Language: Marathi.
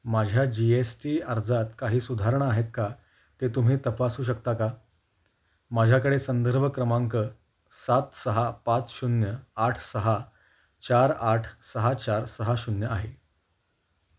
माझ्या जी एस टी अर्जात काही सुधारणा आहेत का ते तुम्ही तपासू शकता का माझ्याकडे संदर्भ क्रमांक सात सहा पाच शून्य आठ सहा चार आठ सहा चार सहा शून्य आहे